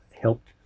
helped